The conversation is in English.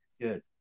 Good